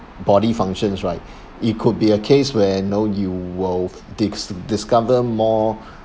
body functions right it could be a case where you know you will disc~ discover more